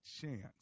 chance